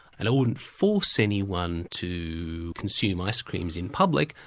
and i wouldn't force anyone to consume ice-creams in public,